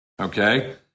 Okay